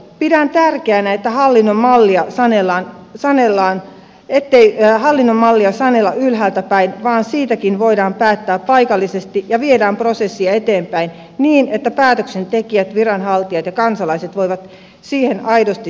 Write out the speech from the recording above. pidän tärkeänä että hallinnon mallia sanella sanellaan ettei hallinnon mallia sanella ylhäältä päin vaan siitäkin voidaan päättää paikallisesti ja viedä prosessia eteenpäin niin että päätöksentekijät viranhaltijat ja kansalaiset voivat siihen aidosti sitoutua